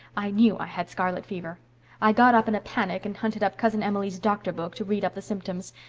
i knew i had scarlet fever i got up in a panic and hunted up cousin emily's doctor book to read up the symptoms.